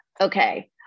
Okay